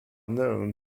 known